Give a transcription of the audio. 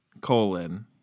colon